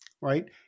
right